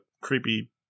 creepy